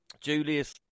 Julius